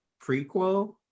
prequel